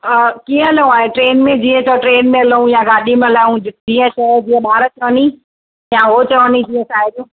हा कीअं हलूं हाणे ट्रेन में जीअं चओ ट्रेन में हलूं या गाॾीअ में हलूं जीअं चओ जीअं ॿार चवनि या हो चवनि जीअं साहिबु